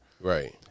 Right